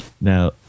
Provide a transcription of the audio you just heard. now